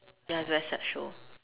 ya it's a very sad show